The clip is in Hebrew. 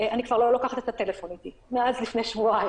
אני כבר לא לוקחת את הטלפון אתי מלפני שבועיים.